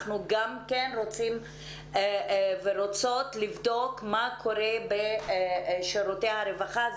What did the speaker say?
אנחנו גם כן רוצים ורוצות לבדוק מה קורה בשירותי הרווחה.